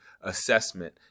assessment